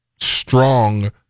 strong